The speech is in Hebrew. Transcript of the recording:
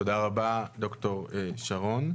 תודה רבה, ד"ר שרון.